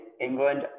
England